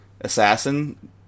assassin